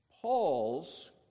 Paul's